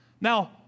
Now